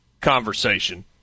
conversation